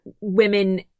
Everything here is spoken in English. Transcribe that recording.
women